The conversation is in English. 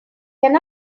can